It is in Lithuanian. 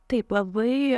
taip labai